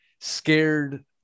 scared